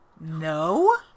No